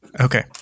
Okay